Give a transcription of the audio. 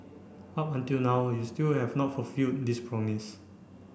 up until now you still have not fulfilled this promise